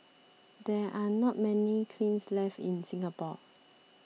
there are not many kilns left in Singapore